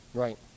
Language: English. Right